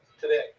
today